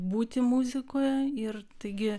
būti muzikoje ir taigi